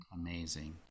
Amazing